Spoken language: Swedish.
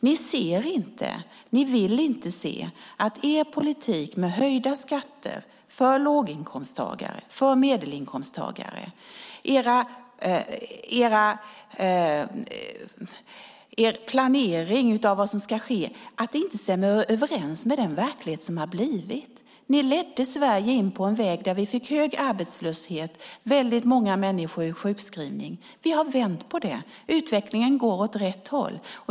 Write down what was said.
Ni ser inte, och ni vill inte se, att er politik med höjda skatter för låginkomsttagare och medelinkomsttagare och er planering av vad som ska ske inte stämmer överens med den verklighet som har blivit. Ni ledde Sverige in på en väg där vi fick hög arbetslöshet och många människor i sjukskrivning. Vi har vänt på det. Utvecklingen går åt rätt håll.